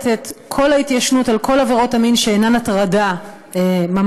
את כל ההתיישנות על כל עבירות המין שאינן הטרדה ממש,